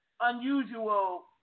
unusual